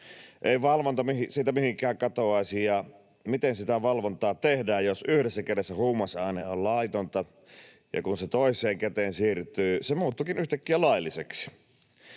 Ei valvonta siitä mihinkään katoaisi, ja miten sitä valvontaa tehdään, jos yhdessä kädessä huumausaine on laitonta ja kun se toiseen käteen siirtyy, se muuttuukin yhtäkkiä lailliseksi?